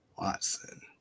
Watson